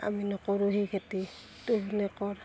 আমি নকৰোঁ সেই খেতিটো এনকে কয়